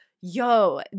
yo